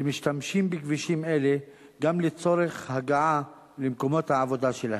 שמשתמשים בכבישים אלה גם לצורך הגעה למקומות העבודה שלהם.